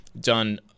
done